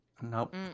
Nope